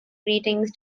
greetings